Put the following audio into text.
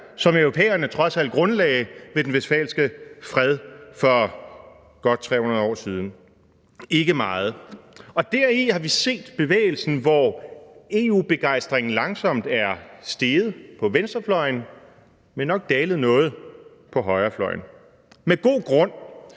som europæerne trods alt grundlagde ved den westfalske fred for godt 300 år siden? Ikke meget. Deri har vi set bevægelsen, hvor EU-begejstringen langsomt er steget på venstrefløjen, men nok dalet noget på højrefløjen – med god grund,